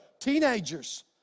teenagers